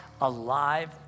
alive